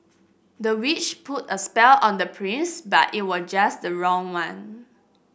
the witch put a spell on the prince but it was just the wrong one